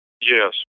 Yes